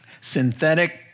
synthetic